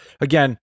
again